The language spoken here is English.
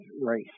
race